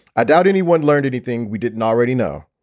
i doubt anyone learned anything we didn't already know.